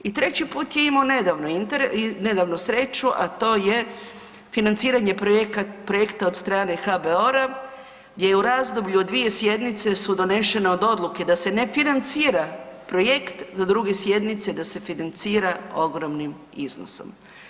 I treći put je imao nedavno sreću, a to je financiranje projekta od strane HBOR-a gdje je u razdoblju od dvije sjednice su donešene od odluke da se ne financira projekt do druge sjednice da se financira ogromnim iznosom.